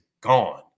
gone